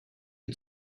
had